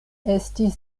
estis